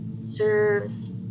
serves